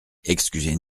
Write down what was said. excusez